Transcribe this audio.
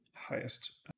highest